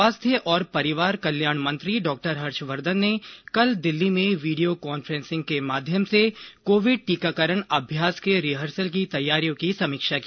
स्वास्थ्य और परिवार कल्याण मंत्री डॉ हर्षवर्धन ने कल दिल्ली में वीडियो कांफ्रेंसिंग के माध्यम से कोविड टीकाकरण अभियान के रिहर्सल की तैयारियों की समीक्षा की